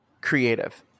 creative